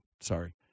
Sorry